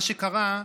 מה שקרה,